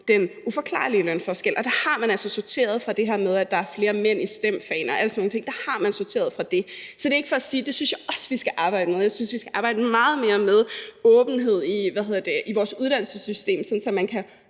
den uforklarlige lønforskel, og der har man altså sorteret for det her med, at der er flere mænd i STEM-fagene og alle sådan nogle ting. Der har man sorteret for det. Det synes jeg også vi skal arbejde med. Jeg synes, vi skal arbejde meget mere med åbenhed i vores uddannelsessystem, sådan at